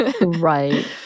Right